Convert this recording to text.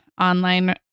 online